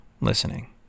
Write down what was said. listening